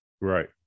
right